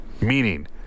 Meaning